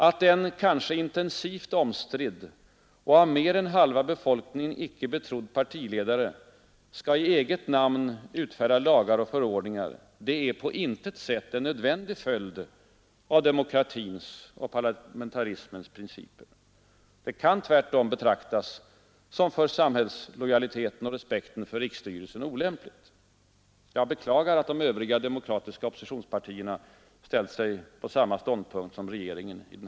Att en kanske intensivt omstridd och av mer än halva befolkningen icke betrodd partiledare skall i eget namn utfärda lagar och förordningar, är på intet sätt en nödvändig följd av demokratins och parlamentarismens principer. Det kan tvärtom betraktas som för samhällslojaliteten och respekten för riksstyrelsen olämpligt. Jag beklagar att de övriga demokratiska oppositionspartierna intagit samma ståndpunkt som regeringen.